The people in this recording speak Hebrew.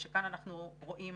כאשר כאן אנחנו רואים